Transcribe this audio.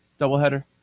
doubleheader